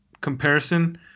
comparison